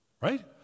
Right